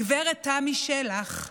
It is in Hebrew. גב' תמי שלח,